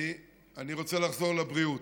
אני רוצה לחזור לבריאות.